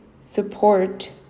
support